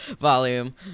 volume